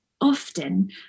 often